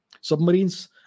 Submarines